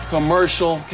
Commercial